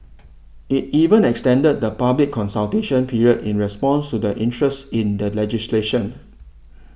it even extended the public consultation period in response to the interest in the legislation